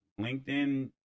LinkedIn